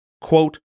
quote